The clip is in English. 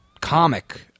comic